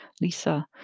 Lisa